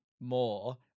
more